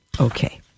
Okay